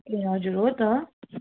ए हजुर हो त